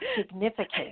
significant